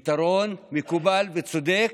פתרון מקובל וצודק,